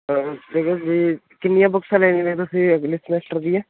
ਕਿੰਨੀਆਂ ਬੁਕਸਾਂ ਲੈਣੀਆਂ ਨੇ ਤੁਸੀਂ ਅਗਲੇ ਸਮੈਸਟਰ ਦੀਆਂ